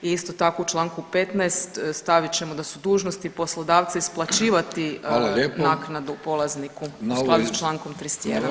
I isto tako u Članku 15. stavit ćemo da su dužnosti poslodavca isplaćivati [[Upadica: Hvala lijepo.]] naknadu polazniku u skladu sa Člankom 31.